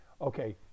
okay